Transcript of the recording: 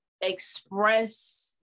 express